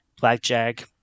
Blackjack